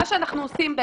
מה שאנחנו עושים,